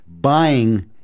buying